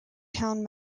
town